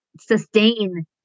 sustain